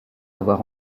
avoir